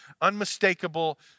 unmistakable